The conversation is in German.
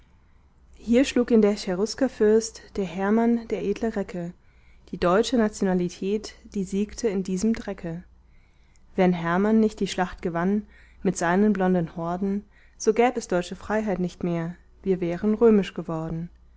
hier schlug ihn der cheruskerfürst der hermann der edle recke die deutsche nationalität die siegte in diesem drecke wenn hermann nicht die schlacht gewann mit seinen blonden horden so gäb es deutsche freiheit nicht mehr wir wären römisch geworden